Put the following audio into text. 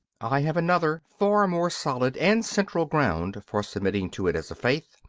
i have another far more solid and central ground for submitting to it as a faith,